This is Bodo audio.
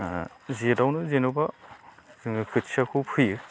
ओ जेथआवनो जेन'बा जोङो खोथियाखौ फोयो